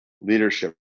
leadership